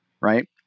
right